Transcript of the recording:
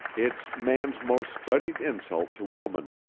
it's man's most studied insult to woman